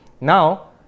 Now